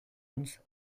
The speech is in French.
jones